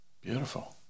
Beautiful